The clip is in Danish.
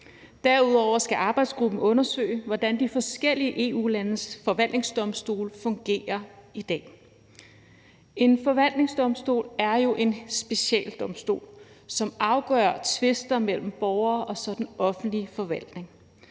Derudover skal arbejdsgruppen undersøge, hvordan de forskellige EU-landes forvaltningsdomstole fungerer i dag. En forvaltningsdomstol er jo en specialdomstol, som afgør tvister mellem borgere og den offentlige forvaltning.